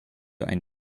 ein